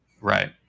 right